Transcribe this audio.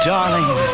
Darling